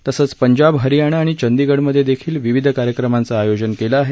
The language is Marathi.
तसंच पंजाब हरियाणा आणि चंदीगडमध्ये देखील विविध कार्यक्रमांचं आयोजन केलं आहे